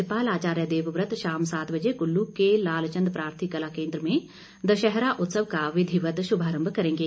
राज्यपाल आचार्य देवव्रत शाम सात बजे कुल्लू के लालचंद प्रार्थी कला केंद्र में दशहरा उत्सव का विधिवत शुभारंभ करेंगे